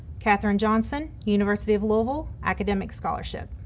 katherine johnson, university of louisville, academic scholarship.